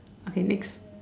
okay next